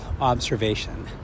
observation